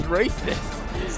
racist